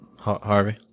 Harvey